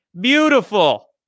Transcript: Beautiful